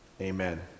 Amen